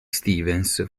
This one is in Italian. stevens